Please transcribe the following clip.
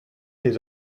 his